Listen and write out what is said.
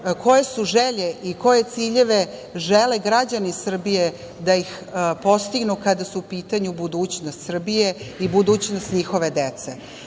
koje su želje i koje ciljeve žele građani Srbije da ih postignu kada je u pitanju budućnost Srbije i budućnost njihove dece.